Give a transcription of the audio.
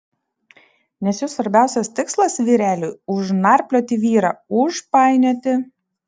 nes jų svarbiausias tikslas vyreli užnarplioti vyrą užpainioti